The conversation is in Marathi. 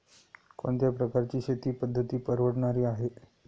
कोणत्या प्रकारची शेती पद्धत परवडणारी आहे?